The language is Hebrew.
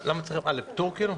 לפטור כאילו?